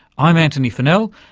i'm antony funnell,